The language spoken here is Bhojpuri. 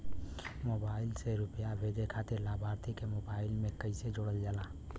मोबाइल से रूपया भेजे खातिर लाभार्थी के मोबाइल मे कईसे जोड़ल जाला?